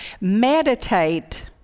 Meditate